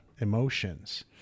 emotions